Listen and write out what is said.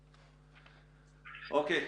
אוקיי.